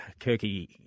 Kirky